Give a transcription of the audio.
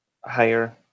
higher